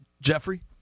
Jeffrey